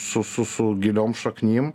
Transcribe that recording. su su su giliom šaknim